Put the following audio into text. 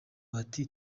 bati